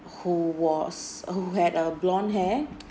who was who had a blonde hair